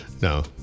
No